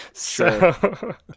Sure